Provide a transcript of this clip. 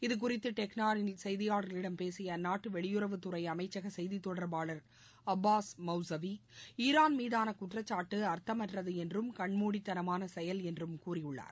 இதுகுறித்து டெஹ்ரானில் செய்தியாளர்களிடம் பேசிய அந்நாட்டு வெளியுறவுத்துறை அமைச்சக செய்தித்தொடர்பாளர் அப்பாஸ் அப்பாஸ் மவுசவி ஈரான் மீதான குற்றச்சாட்டு அர்த்தமற்றது என்றும் கண்மூடித்தனமான செயல் என்றும் கூறியுள்ளார்